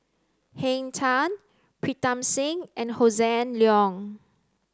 Henn Tan Pritam Singh and Hossan Leong